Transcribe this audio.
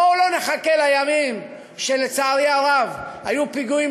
בואו לא נחכה לימים כשלצערי הרב היו פיגועים